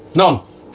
none.